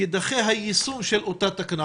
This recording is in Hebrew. יידחה היישום של אותה תקנה,